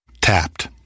Tapped